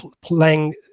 playing